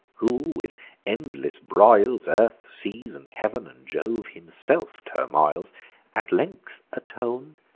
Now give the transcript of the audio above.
who, with endless broils, earth, seas, and heav'n, and jove himself turmoils at length aton'd,